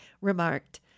remarked